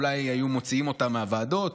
אולי היו מוציאים אותם מהוועדות,